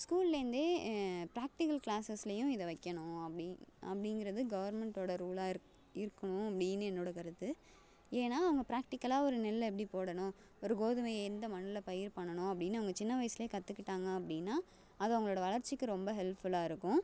ஸ்கூல்லேருந்தே practical க்ளாசஸ்லேயும் இதை வைக்கணும் அப்படிங்க அப்படிங்கறது கவர்மெண்ட் ஓட ரூலாக இருக் இருக்கணும் அப்படின்னு என்னோடய கருத்து ஏன்னால் அவங்கள் ப்ராக்டிகலாக ஒரு நெல் எப்படி போடணும் ஒரு கோதுமையை எந்த மண்ணில் பயிர் பண்ணணும் அப்படின்னு அவங்கள் சின்ன வயசுலேயே கற்றுக்கிட்டாங்க அப்படின்னா அது அவர்களோட வளர்ச்சிக்கு ரொம்ப ஹெல்ப்ஃபுல்லாக இருக்கும்